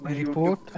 report